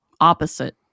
opposite